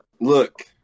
Look